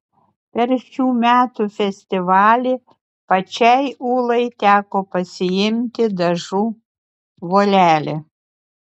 per šių metų festivalį pačiai ūlai teko pasiimti dažų volelį